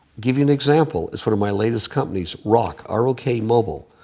give you an example. it's one of my latest companies, rok, r o k mobile,